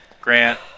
Grant